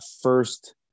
first